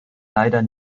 leider